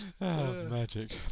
Magic